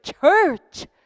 church